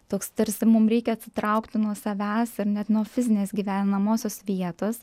toks tarsi mum reikia atsitraukti nuo savęs ar net nuo fizinės gyvenamosios vietos